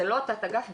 זה לא תת אגף.